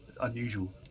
unusual